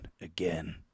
again